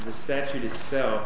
the statute itself